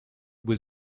was